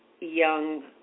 young